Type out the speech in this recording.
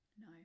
No